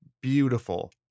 beautiful